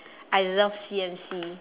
I love C_M_C